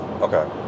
Okay